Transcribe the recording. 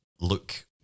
look